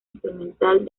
instrumental